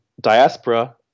diaspora